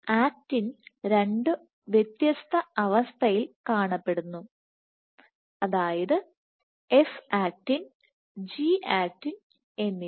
actin രണ്ടു വ്യത്യസ്ത അവസ്ഥയിൽ കാണപ്പെടുന്നു അതായത് F ആക്റ്റിൻ G ആക്റ്റിൻ എന്നിവ